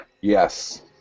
Yes